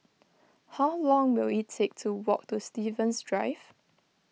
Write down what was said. how long will it take to walk to Stevens Drive